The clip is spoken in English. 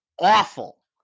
awful